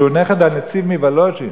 שהוא נכד לנצי"ב מוולוז'ין.